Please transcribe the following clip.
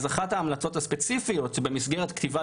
אחת ההמלצות הספציפיות במסגרת כתיבת